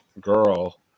girl